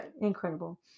incredible